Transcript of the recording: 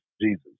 Jesus